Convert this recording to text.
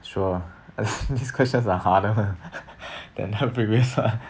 sure these questions are harder mah than the previous one